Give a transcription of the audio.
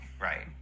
right